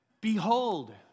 behold